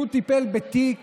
הוא טיפל בתיק